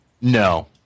No